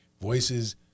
Voices